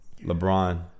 LeBron